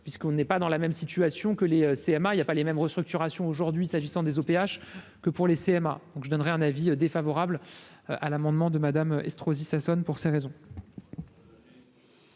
puisqu'on n'est pas dans la même situation que les CM1, il y a pas les mêmes Restructuration aujourd'hui, s'agissant des OPH que pour les CMA donc je donnerai un avis défavorable à l'amendement de Madame Estrosi Sassone pour ces raisons.